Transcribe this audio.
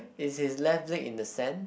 is his left leg in the sand